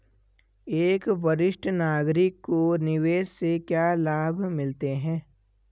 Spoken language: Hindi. एक वरिष्ठ नागरिक को निवेश से क्या लाभ मिलते हैं?